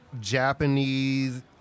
Japanese